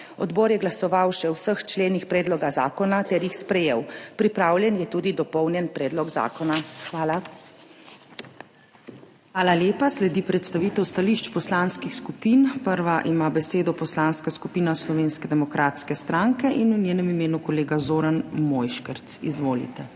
Odbor je glasoval še o vseh členih predloga zakona ter jih sprejel. Pripravljen je tudi dopolnjen predlog zakona. Hvala. **PREDSEDNICA MAG. URŠKA KLAKOČAR ZUPANČIČ:** Hvala lepa. Sledi predstavitev stališč poslanskih skupin. Prva ima besedo Poslanska skupina Slovenske demokratske stranke in v njenem imenu kolega Zoran Mojškerc. Izvolite.